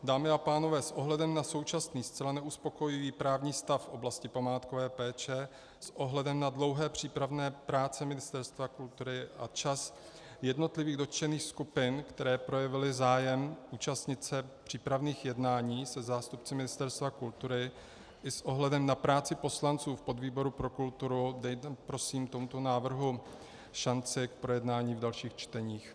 Dámy a pánové, s ohledem na současný zcela neuspokojivý právní stav v oblasti památkové péče, s ohledem na dlouhé přípravné práce Ministerstva kultury a čas jednotlivých dotčených skupin, které projevily zájem účastnit se přípravných jednání se zástupci Ministerstva kultury, i s ohledem na práci poslanců v podvýboru pro kulturu dejte prosím tomuto návrhu šanci k projednání v dalších čteních.